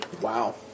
Wow